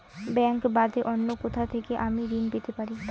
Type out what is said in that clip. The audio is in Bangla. ব্যাংক বাদে অন্য কোথা থেকে আমি ঋন পেতে পারি?